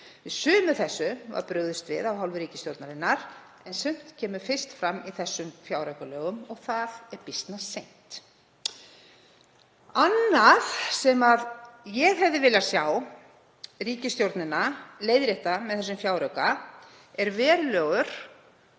Við sumu af þessu var brugðist af hálfu ríkisstjórnarinnar en sumt kemur fyrst fram í þessum fjáraukalögum og það er býsna seint. Annað sem ég hefði viljað sjá ríkisstjórnina leiðrétta með þessum fjárauka er verulegur